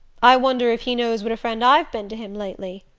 i wonder if he knows what a friend i've been to him lately,